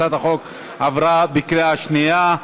הצעת החוק עברה בקריאה שנייה.